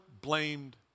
blamed